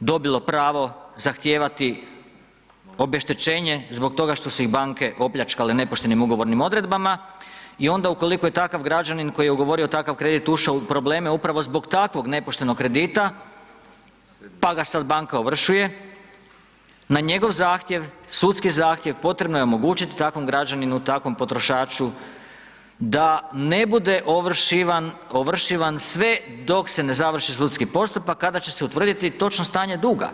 dobilo pravo zahtijevati obeštećenje zbog toga što su ih banke opljačkale nepoštenim ugovornim odredbama i onda ukoliko je takav građanin koji je ugovorio takav krediti ušao u probleme upravo zbog takvog nepoštenog kredita, pa ga sad banka ovršuje, na njegov zahtjev, sudski zahtjev potrebno je omogućiti takvom građaninu, takvom potrošaču da ne bude ovršivan sve dok se ne završi sudski postupak kada će se utvrditi točno stanje duga.